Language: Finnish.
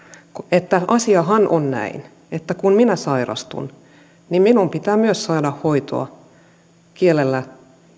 että asiahan on näin että kun minä sairastun niin minun pitää myös saada hoitoa kielellä